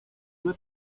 due